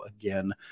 again